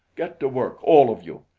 get to work, all of you.